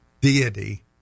deity